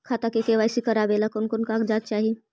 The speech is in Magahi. खाता के के.वाई.सी करावेला कौन कौन कागजात चाही?